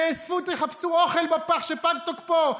תאספו, תחפשו אוכל בפח שפג תוקפו.